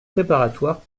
préparatoires